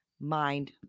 mind